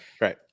right